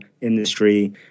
industry